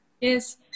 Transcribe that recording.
Yes